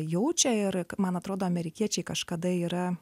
jaučia ir man atrodo amerikiečiai kažkada yra